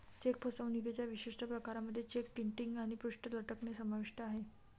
check फसवणुकीच्या विशिष्ट प्रकारांमध्ये चेक किटिंग आणि पृष्ठ लटकणे समाविष्ट आहे